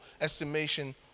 estimation